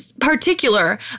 particular